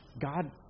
God